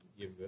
give